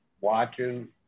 watching